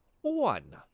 one